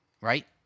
right